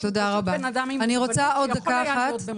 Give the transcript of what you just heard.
שהוא פשוט בן אדם עם מוגבלות שיכול היה להיות במוסד.